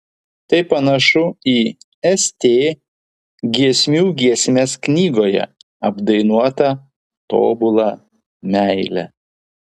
tai panašu į st giesmių giesmės knygoje apdainuotą tobulą meilę